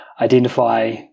identify